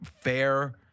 fair